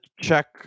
check